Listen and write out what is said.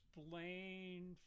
explain